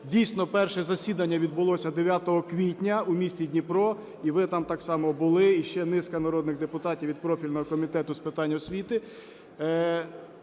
Дійсно, перше засідання відбулося 9 квітня у місті Дніпро, і ви там так само були, і ще низка народних депутатів від профільного Комітету з питань освіти.